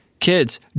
kids